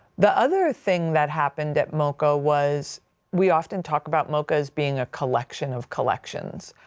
the other thing that happened that moca was we often talk about moca as being a collection of collections.